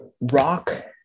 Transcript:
rock